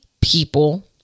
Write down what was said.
people